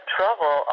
trouble